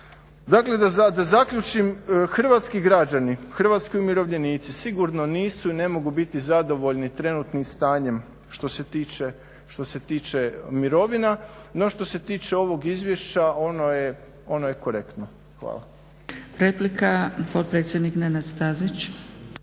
Dakle, da zaključim. Hrvatski građani, hrvatski umirovljenici sigurno nisu i ne mogu biti zadovoljni trenutnim stanjem što se tiče mirovina, no što se tiče ovog izvješća ono je korektno. Hvala.